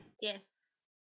Yes